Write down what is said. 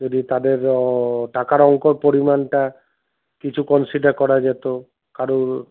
যদি তাদের টাকার অংকর পরিমাণটা কিছু কন্সিডার করা যেত কারণ